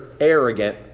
arrogant